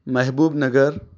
Mehboob Nagar